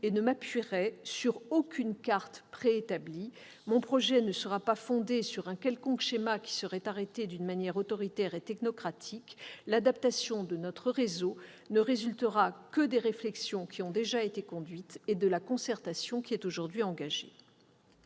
et ne m'appuierai sur aucune carte préétablie. Mon projet ne sera pas fondé sur un quelconque schéma arrêté de manière autoritaire et technocratique. L'adaptation de notre réseau ne résultera que de la réflexion qui a déjà été conduite et de la concertation aujourd'hui engagée.